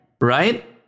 right